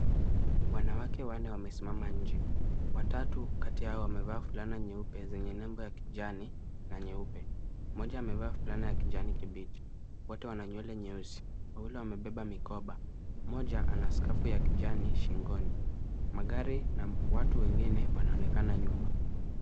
Wanawake wanne wamesimama nje. Watatu kati yao wamevaa fulana nyeupe zenye nembo ya kijani na nyeupe. Mmoja amevaa fulana ya kijani kibichi. Wote wana nywele nyeusi wawili wamebeba mikoba. Mmoja ana skafu ya kijani shingoni. Magari na watu wengine wanaonekana nyuma.